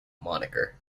moniker